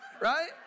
right